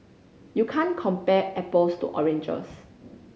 you can't compare apples to oranges